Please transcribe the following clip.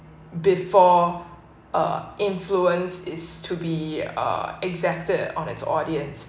before uh influence is to be uh executed on its audience